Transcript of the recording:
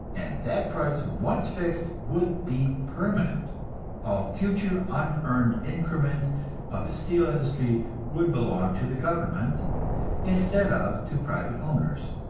and that price, once fixed, would be permanent all future unearned increment of the steel industry would belong to the government instead of to private owners.